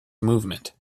movement